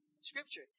Scripture